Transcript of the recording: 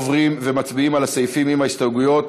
עוברים ומצביעים על הסעיפים עם ההסתייגויות.